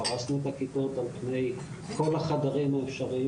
פרסנו את הכיתות על פני כל החדרים האפשריים